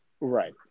Right